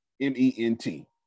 M-E-N-T